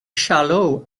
shallow